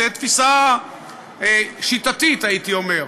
זו תפיסה שיטתית, הייתי אומר.